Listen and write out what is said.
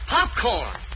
Popcorn